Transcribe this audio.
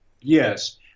Yes